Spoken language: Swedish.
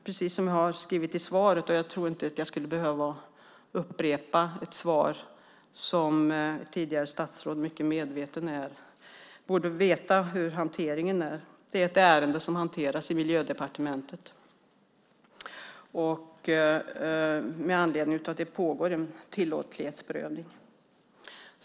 Precis som jag har skrivit i svaret - jag trodde inte att jag skulle behöva upprepa svaret till ett tidigare statsråd som borde veta hur hanteringen är - är det ett ärende som hanteras i Miljödepartementet. Med anledning av det pågår en tillåtlighetsprövning.